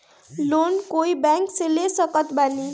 Loan कोई bank से ले सकत बानी?